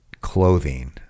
clothing